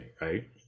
right